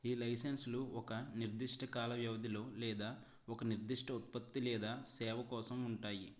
ఈ లైసెన్సులు ఒక నిర్దిష్ట కాల వ్యవదిలో లేదా ఒక నిర్దిష్ట ఉత్పత్తి లేదా సేవకోసం ఉంటాయి